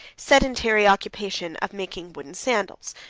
sedentary occupation of making wooden sandals,